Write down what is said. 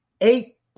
Eight